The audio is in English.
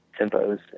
tempos